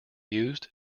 used